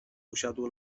usiadł